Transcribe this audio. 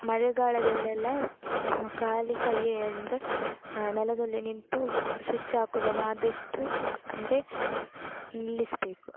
ಮಳೆಗಾಲದಲ್ಲೆಲ್ಲ ಖಾಲಿ ಕೈ ಅಂದರೆ ನೆಲದಲ್ಲೆ ನಿಂತು ಸ್ವಿಚ್ ಹಾಕೋದನ್ನು ಆದಷ್ಟು ಅಂದರೆ ನಿಲ್ಲಿಸಬೇಕು